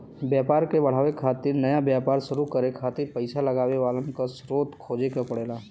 व्यापार क बढ़ावे खातिर या नया व्यापार शुरू करे खातिर पइसा लगावे वालन क स्रोत खोजे क पड़ला